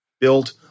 built